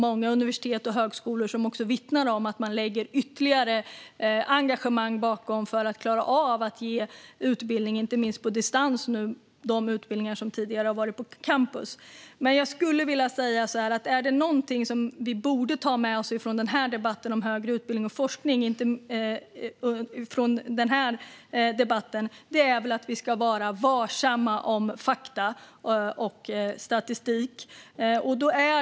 Många universitet och högskolor vittnar också om att man nu lägger ytterligare engagemang på att klara av att ge utbildningar på distans som tidigare har getts på campus. Jag skulle dock vilja säga så här: Är det någonting som vi borde ta med oss från denna debatt om högre utbildning och forskning är det väl att vi ska vara varsamma om fakta och statistik.